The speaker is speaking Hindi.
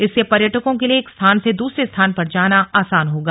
इससे पर्यटकों के लिए एक स्थान से दूसरे स्थान पर जाना आसान होगा